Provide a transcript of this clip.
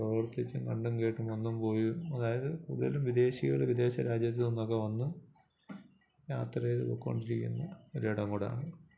പ്രവർത്തിച്ചും കണ്ടും കേട്ടും വന്നും പോയും അതായത് കൂടുതലും വിദേശികൾ വിദേശ രാജ്യത്ത് നിന്നൊക്കെ വന്ന് യാത്ര ചെയ്ത് പൊയ്ക്കൊണ്ടിരിക്കുന്ന ഒരു ഇടം കൂടെയാണ്